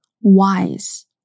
wise